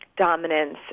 dominance